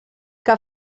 que